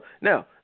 Now